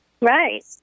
Right